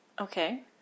Okay